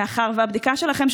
מאחר שהבדיקה שלכם,